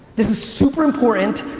this is super important.